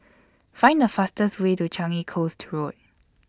Find The fastest Way to Changi Coast Road